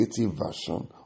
version